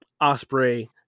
Osprey